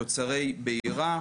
תוצרי בעירה,